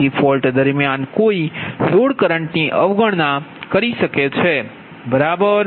તેથી ફોલ્ટ દરમિયાન કોઈ લોડ કરંટ ની અવગણના કરી શકે છે બરાબર